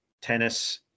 tennis